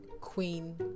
queen